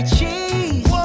Cheese